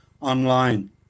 online